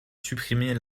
supprimer